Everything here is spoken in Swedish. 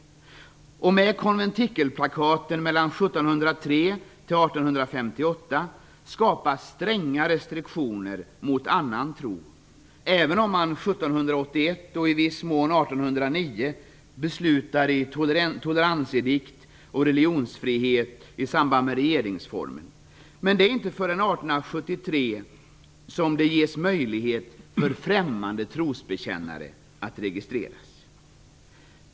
Med konvetikelplakaten 1703-1858 skapas stränga restriktioner mot annan tro. Även om man 1781 och, i viss mån, 1809 beslutar om toleransedikt och om religionsfrihet i samband med regeringsformen, är det inte förrän 1873 det ges möjlighet för främmande trosbekännare att registreras.